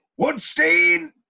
Woodstein